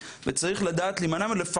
אדם וגם אחרי התחלואה שאנחנו רואים בביוב.